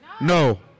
No